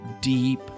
deep